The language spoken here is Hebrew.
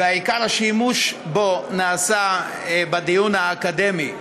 ועיקר השימוש בו נעשה בדיון האקדמי.